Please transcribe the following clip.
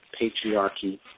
patriarchy